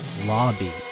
lobby